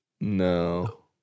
No